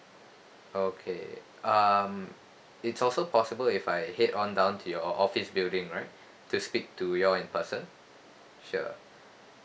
okay um it's also possible if I head on down to your office building right to speak to you all in person sure